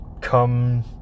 Come